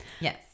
Yes